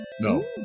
No